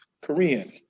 Korean